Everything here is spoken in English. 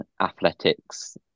Athletics